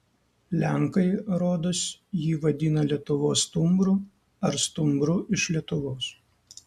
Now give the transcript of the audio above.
lenkai rodos jį vadina lietuvos stumbru ar stumbru iš lietuvos